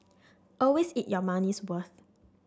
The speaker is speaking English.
always eat your money's worth